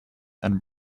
and